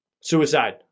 Suicide